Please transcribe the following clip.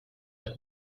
but